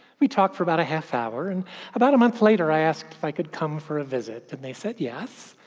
we talked for about a half hour, and about a month later, i asked if i could come for a visit, and they said yes.